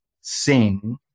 sing